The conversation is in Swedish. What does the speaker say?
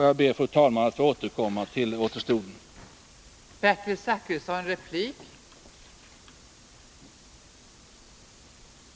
Jag ber, fru talman, att få återkomma till de återstående frågorna.